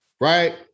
right